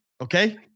Okay